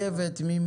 גדול